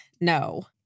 no